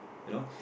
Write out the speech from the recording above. you know